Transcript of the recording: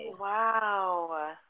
wow